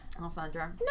Alessandra